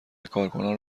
کارکنان